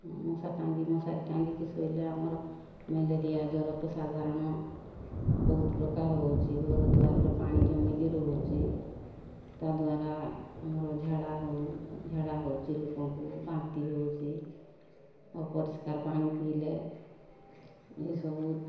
ମଶା ଟାଙ୍ଗି ମଶାରୀ ଟାଙ୍ଗିକି ଶୋଇଲେ ଆମର ମେଲେରିଆ ଜର ତ ସାଧାରଣ ବହୁତ ପ୍ରକାର ହେଉଛି ଘର ଦ୍ଵାରର ପାଣି ଜମିକି ରହୁଛି ତା'ଦ୍ଵାରା ଆମର ଝାଡ଼ା ହେଉ ଝାଡ଼ା ହେଉଛି ଲୋକଙ୍କୁ ବାନ୍ତି ହେଉଛି ଅପରିଷ୍କାର ପାଣି ପିଇଲେ ଏଇସବୁ